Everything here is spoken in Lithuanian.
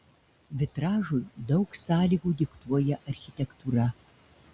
vitražui daug sąlygų diktuoja architektūra